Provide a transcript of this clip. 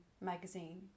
magazine